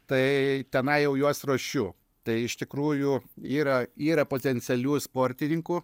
tai tenai jau juos ruošiu tai iš tikrųjų yra yra potencialių sportininkų